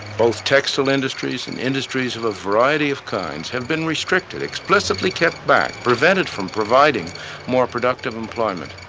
both textile industries and industries of a variety of kinds, have been restricted, explicitly kept back, prevented from providing more productive employment,